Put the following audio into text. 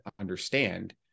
understand